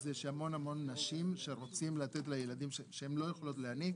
הוא שהמון המון נשים שלא יכולות להניק